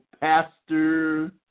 pastor